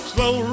Slow